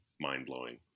mind-blowing